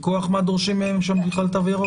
מכוח מה דורשים מהם שם תו ירוק?